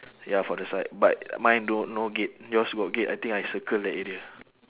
ya for the side but mine no no gate yours got gate I think I circle the area